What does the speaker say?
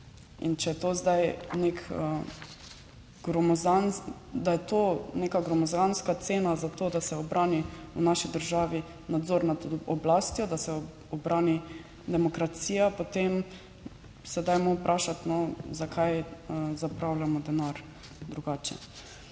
Da je to neka gromozanska cena za to, da se ubrani v naši državi nadzor nad oblastjo, da se ubrani demokracija, potem se dajmo vprašati, zakaj zapravljamo denar drugače.